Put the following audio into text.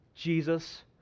Jesus